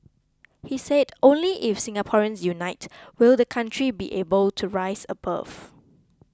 he said only if Singaporeans unite will the country be able to rise above